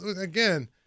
again